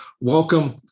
welcome